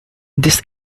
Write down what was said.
this